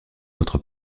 votre